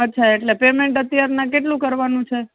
અચ્છા એટલે પેમેન્ટ અત્યારના કેટલું કરવાનું છે